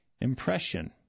impression